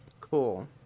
Cool